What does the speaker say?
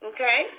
Okay